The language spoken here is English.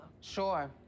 Sure